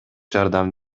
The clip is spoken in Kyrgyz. жардам